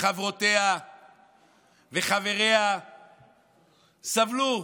וחברותיה וחבריה סבלו,